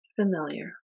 familiar